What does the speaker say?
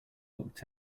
looked